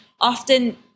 often